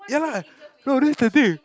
ya lah no that's the thing